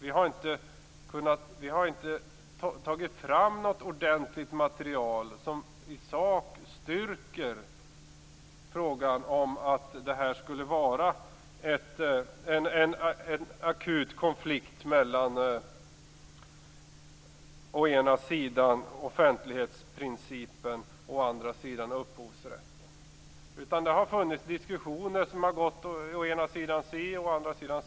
Vi har inte tagit fram något ordentligt material som i sak styrker att här skulle vara fråga om en akut konflikt mellan å ena sidan offentlighetsprincipen och å andra sidan upphovsrätten. Det har förts diskussioner där man har argumenterat å ena sidan si, å andra sidan så.